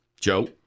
Joe